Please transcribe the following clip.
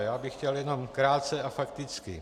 Já bych chtěl jenom krátce a fakticky.